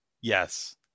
yes